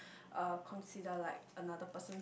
uh consider like another person's